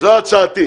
זו הצעתי.